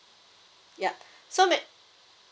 ya so may~